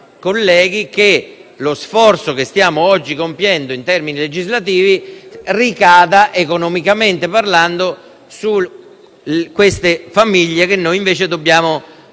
beffa che lo sforzo che stiamo oggi compiendo in termini legislativi ricada economicamente su queste famiglie, che noi invece dobbiamo